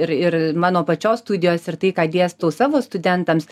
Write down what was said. ir ir mano pačios studijos ir tai ką dėstau savo studentams